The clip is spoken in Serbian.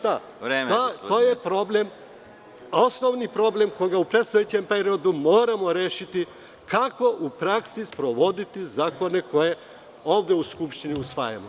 To je osnovni problem koji u predstojećem periodu moramo rešiti – kako u praksi sprovoditi zakone koje ovde u Skupštini usvajamo?